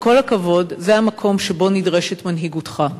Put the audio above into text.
עם כל הכבוד, זה המקום שבו נדרשת מנהיגותך.